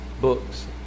books